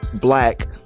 black